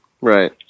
Right